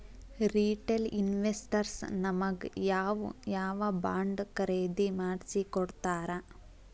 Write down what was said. Retail investors ನಮಗ್ ಯಾವ್ ಯಾವಬಾಂಡ್ ಖರೇದಿ ಮಾಡ್ಸಿಕೊಡ್ತಾರ?